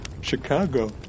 Chicago